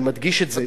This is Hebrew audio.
אני מדגיש את זה,